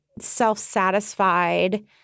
self-satisfied